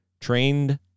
trained